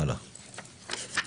הלאה.